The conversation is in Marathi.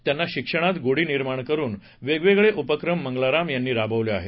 त्यांना शिक्षणात गोडी निर्माण करून वेगवेगळे उपक्रम मंगलाराम यांनी राबवले आहेत